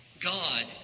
God